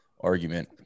argument